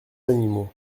animaux